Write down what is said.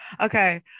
okay